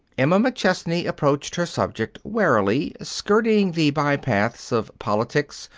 emma mcchesney approached her subject warily, skirting the bypaths of politics,